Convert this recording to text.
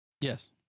Yes